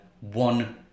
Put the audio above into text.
one